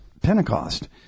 Pentecost